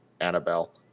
Annabelle